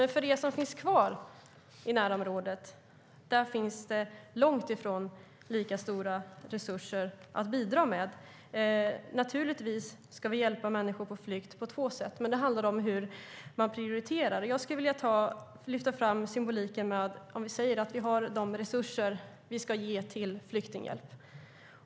Men för dem som finns kvar i närområdet finns det långt ifrån lika stora resurser. Naturligtvis ska vi hjälpa människor på flykt på två sätt. Men det handlar om hur man prioriterar. Jag skulle vilja lyfta fram följande symbolik när det gäller de resurser som vi ska ge till flyktinghjälp.